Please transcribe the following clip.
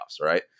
right